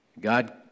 God